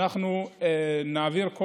אנחנו נעביר.